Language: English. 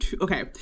okay